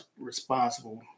responsible